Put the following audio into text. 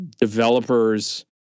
developers